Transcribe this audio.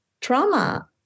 trauma